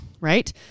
right